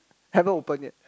haven't open yet